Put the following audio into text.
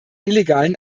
illegalen